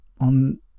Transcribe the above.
on